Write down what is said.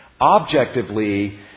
Objectively